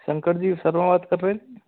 शंकर जी शर्मा बात कर रहे